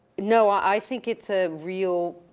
no i, i think it's a real,